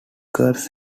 girls